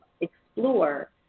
explore